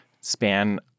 span